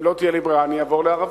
אם לא תהיה לי ברירה, אני אעבור לערבית.